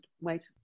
wait